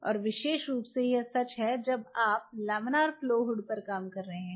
और विशेष रूप से यह सच है जब आप लमिनार फ्लो हुड पर काम कर रहे हैं